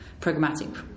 programmatic